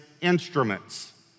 Instruments